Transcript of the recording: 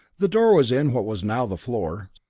the door was in what was now the floor,